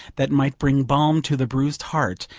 that might bring balm to the bruised heart,